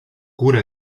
cura